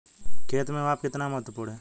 खेत में माप कितना महत्वपूर्ण है?